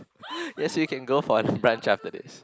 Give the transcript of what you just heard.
yes we can go for brunch after this